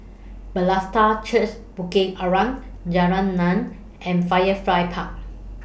Bethesda Church Bukit Arang Jalan Naung and Firefly Park